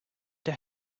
they